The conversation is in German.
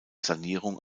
sanierung